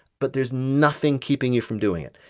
but there's nothing keeping you from doing it.